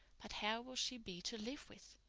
but how will she be to live with?